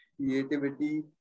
creativity